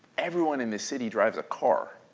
everyone in this city drives a car,